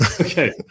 okay